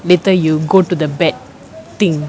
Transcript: later you go to the bad thing